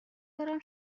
دارم